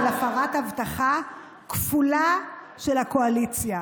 הבטחה כפולה של הקואליציה: